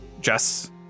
Jess